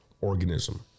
organism